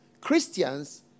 Christians